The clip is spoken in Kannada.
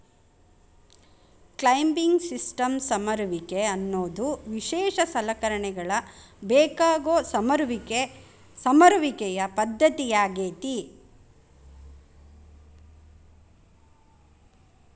ಕ್ಲೈಂಬಿಂಗ್ ಸಿಸ್ಟಮ್ಸ್ ಸಮರುವಿಕೆ ಅನ್ನೋದು ವಿಶೇಷ ಸಲಕರಣೆಗಳ ಬೇಕಾಗೋ ಸಮರುವಿಕೆಯ ಪದ್ದತಿಯಾಗೇತಿ